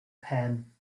pen